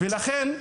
ולכן,